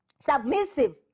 submissive